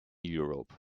europe